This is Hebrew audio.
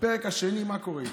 בפרק השני, מה קורה?